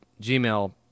Gmail